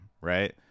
right